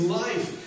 life